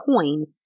coin